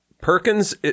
Perkins